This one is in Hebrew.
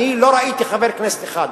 אני לא ראיתי חבר כנסת אחד,